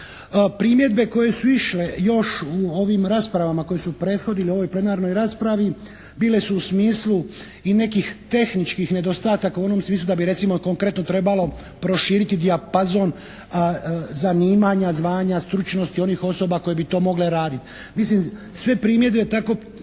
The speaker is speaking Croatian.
Primjedbe koje su išle još u ovim raspravama koje su prethodile ovoj plenarnoj raspravi, bile su u smislu i nekih tehničkih nedostataka u onom smislu da bi recimo konkretno trebalo proširiti dijapazon zanimanja, zvanja, stručnosti onih osoba koje bi to mogle raditi. Mislim sve primjedbe takvog